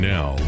Now